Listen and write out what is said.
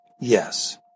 Yes